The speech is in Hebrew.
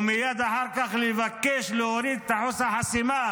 ומייד אחר כך לבקש להוריד את אחוז החסימה,